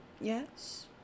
Yes